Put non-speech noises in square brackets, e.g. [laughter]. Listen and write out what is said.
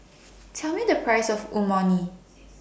Tell Me The Price of [unintelligible]